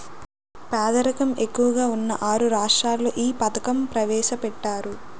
పేదరికం ఎక్కువగా ఉన్న ఆరు రాష్ట్రాల్లో ఈ పథకం ప్రవేశపెట్టారు